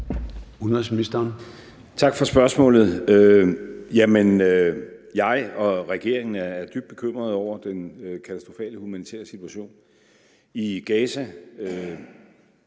Lad mig indlede med at sige, at jeg og regeringen er dybt bekymrede over den katastrofale humanitære situation i Gaza,